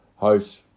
House